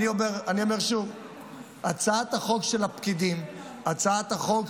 -- אבל אני רוצה להציע לך,